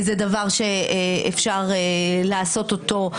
זה דבר שאפשר לעשות אותו.